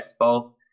Expo